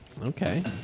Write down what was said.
Okay